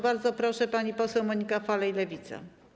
Bardzo proszę, pani poseł Monika Falej, Lewica.